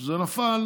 זה נפל